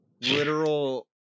literal